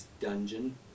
dungeon